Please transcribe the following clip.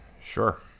Sure